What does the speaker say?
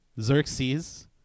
Xerxes